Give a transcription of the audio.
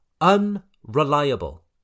unreliable